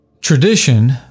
tradition